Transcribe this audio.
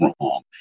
wrong